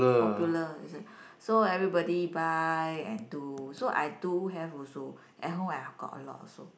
popular is it so everybody buy and do so I do have also at home i got a lot also